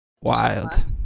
Wild